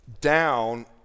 down